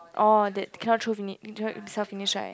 orh th~ cannot throw finish cannot finish right